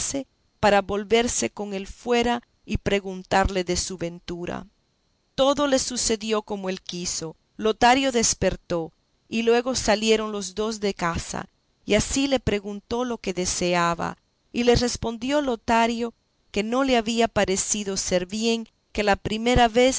para volverse con él fuera y preguntarle de su ventura todo le sucedió como él quiso lotario despertó y luego salieron los dos de casa y así le preguntó lo que deseaba y le respondió lotario que no le había parecido ser bien que la primera vez